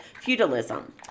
feudalism